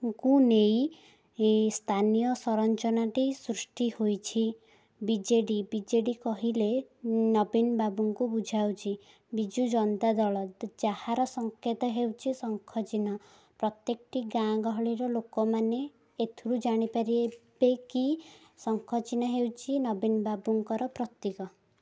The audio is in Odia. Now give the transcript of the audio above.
ଙ୍କୁ ନେଇ ହିଁ ସ୍ଥାନୀୟ ସରଞ୍ଚନାଟି ସୃଷ୍ଟି ହୋଇଛି ବିଜେଡ଼ି ବିଜେଡ଼ି କହିଲେ ନବୀନ ବାବୁଙ୍କୁ ବୁଝାଉଛି ବିଜୁ ଜନତା ଦଳ ଯାହାର ସଙ୍କେତ ହେଉଛି ଶଙ୍ଖ ଚିହ୍ନ ପ୍ରତ୍ୟେକଟି ଗାଁ ଗହଳିର ଲୋକମାନେ ଏଥିରୁ ଜାଣିପାରିବେକି ଶଙ୍ଖ ଚିହ୍ନ ହେଉଛି ନବୀନ ବାବୁଙ୍କର ପ୍ରତୀକ